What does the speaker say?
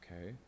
Okay